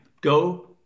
Go